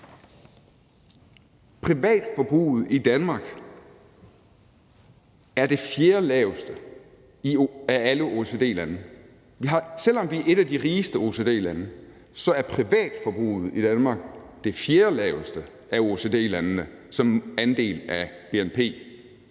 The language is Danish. Privatforbruget i Danmark er det fjerdelaveste af alle OECD-landes. Selv om vi er et af de rigeste OECD-lande, er privatforbruget i Danmark det fjerdelaveste af OECD-landenes i forhold